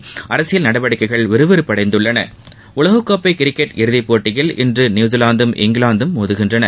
கர்நாடக அரசியல் நடவடிக்கைகள் விறுவிறுப்படைந்துள்ளன உலக கோப்பை கிரிக்கெட் இறுதி போட்டியில் இன்று நியூசிலாந்தும் இங்கிலாந்தும் மோதுகின்றன